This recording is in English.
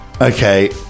Okay